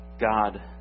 God